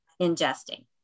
ingesting